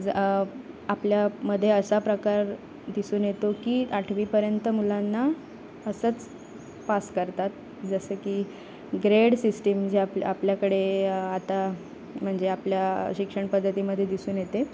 जं आपल्यामध्ये असा प्रकार दिसून येतो की आठवीपर्यंत मुलांना असंच पास करतात जसं की ग्रेड सिस्टीम जे आप आपल्याकडे आता म्हणजे आपल्या शिक्षण पद्धतीमध्ये दिसून येते